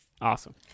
Awesome